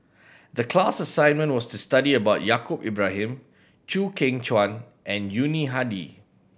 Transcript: the class assignment was to study about Yaacob Ibrahim Chew Kheng Chuan and Yuni Hadi